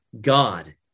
God